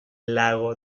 lago